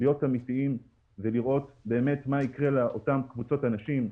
להיות אמיתיים ולראות באמת מה יקרה לאותן קבוצות אנשים,